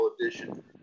edition